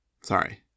Sorry